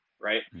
right